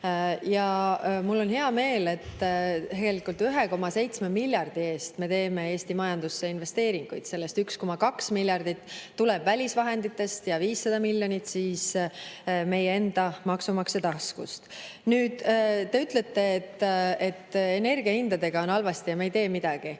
Mul on hea meel, et me teeme 1,7 miljardi eest Eesti majandusse investeeringuid: sellest 1,2 miljardit tuleb välisvahenditest ja 500 miljonit meie enda maksumaksja taskust. Te ütlete, et energiahindadega on halvasti ja me ei tee midagi.